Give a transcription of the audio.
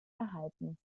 erhalten